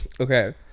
Okay